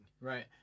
Right